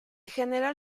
general